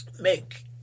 make